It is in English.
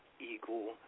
eagle